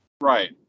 Right